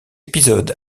épisode